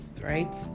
right